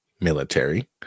military